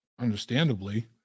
understandably